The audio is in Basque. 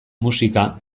musika